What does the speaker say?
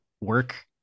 work